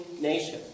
nation